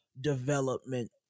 development